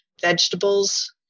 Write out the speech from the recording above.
vegetables